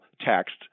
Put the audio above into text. text